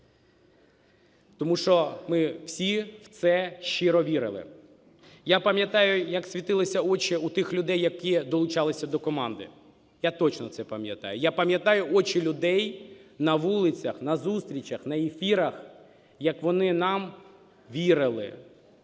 тому що ми всі в це щиро вірили. Я пам'ятаю, як світилися очі у тих людей, які долучалися до команди, я точно це пам'ятаю. Я пам'ятаю очі людей на вулицях, на зустрічах, на ефірах, як вони нам вірили,